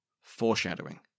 foreshadowing